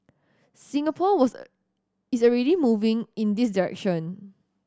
Singapore was a is already moving in this direction